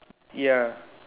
ya